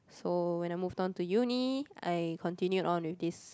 so when I moved on to uni I continued on with this